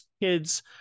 kids